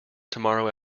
tomorrow